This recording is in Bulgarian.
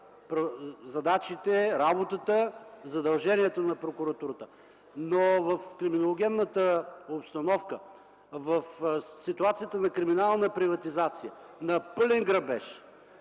задачите, работата, задължението на прокуратурата. Но в криминологенната обстановка, в ситуацията на криминална приватизация, на пълен грабеж,